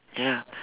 ya